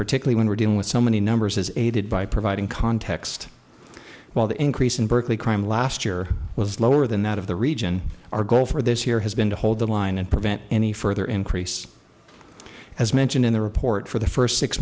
particularly when we're dealing with so many numbers is aided by providing context while the increase in berkeley crime last year was lower than that of the region our goal for this year has been to hold the line and prevent any further increase as mentioned in the report for the first six